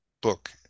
book